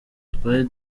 twari